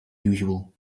usual